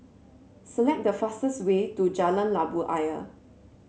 select the fastest way to Jalan Labu Ayer